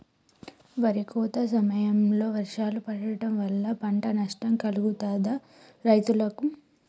వరి కోత సమయంలో వర్షాలు పడటం వల్ల పంట నష్టం కలుగుతదా రైతులకు?